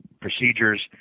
procedures